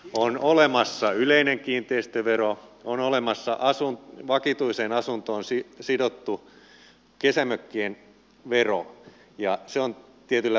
on olemassa yleinen kiinteistövero on olemassa vakituiseen asuntoon sidottu kesämökkien vero ja se on tietyllä välyksellä